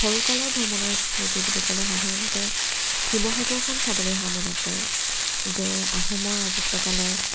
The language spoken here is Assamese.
সৰুকালৰ ভ্ৰমণৰ স্মৃতি বুলি ক'লে সাধাৰণতে শিৱসাগৰখন চাবলৈ অহা মনত পৰে যে আহোমৰ ৰাজত্বকালৰ